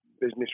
business